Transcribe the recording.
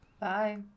Bye